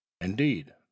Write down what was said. Indeed